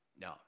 no